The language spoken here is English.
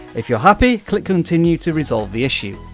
if you're happy, click continue to resolve the issue.